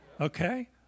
Okay